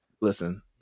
Listen